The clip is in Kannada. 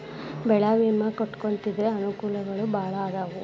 ಬೆಳೆ ವಿಮಾ ಕಟ್ಟ್ಕೊಂತಿದ್ರ ಅನಕೂಲಗಳು ಬಾಳ ಅದಾವ